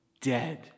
Dead